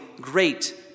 great